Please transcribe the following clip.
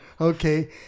okay